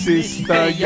Sister